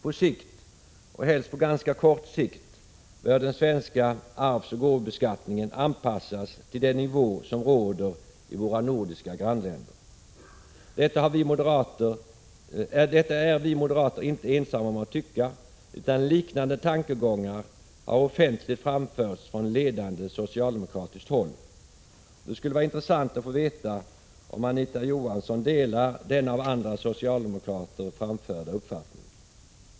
På sikt, och helst på ganska kort sikt, bör den svenska arvsoch gåvobeskattningen anpassas till den nivå som råder i våra nordiska grannländer. Detta är vi moderater inte ensamma om att tycka, utan liknande tankegångar har offentligt framförts från ledande socialdemokratiskt håll. Det skulle vara intressant att få veta om Anita Johansson delar denna av andra socialdemokrater framförda uppfattning.